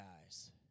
guys